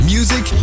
Music